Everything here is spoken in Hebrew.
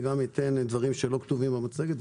ואוסיף גם דברים שלא כתובים במצגת,